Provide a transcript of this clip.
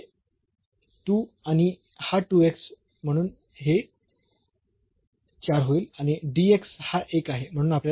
तर येथे 2 आणि हा 2 x म्हणून हे 4 होईल आणि dx हा 1 आहे